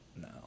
No